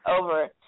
over